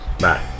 Bye